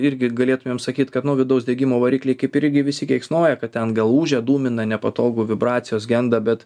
irgi galėtumėm sakyt kad nu vidaus degimo varikliai kaip irgi visi keiksnoja kad ten gal ūžia dūmina nepatogu vibracijos genda bet